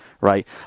right